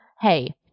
hey